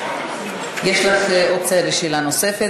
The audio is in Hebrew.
יש לך אופציה לשאלה נוספת,